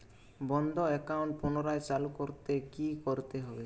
বন্ধ একাউন্ট পুনরায় চালু করতে কি করতে হবে?